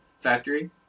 factory